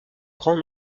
grand